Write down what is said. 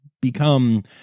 become